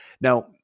Now